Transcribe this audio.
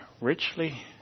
richly